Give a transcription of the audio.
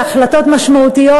החלטות משמעותיות,